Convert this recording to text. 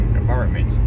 environment